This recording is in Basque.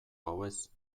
gauez